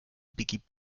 begibt